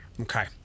Okay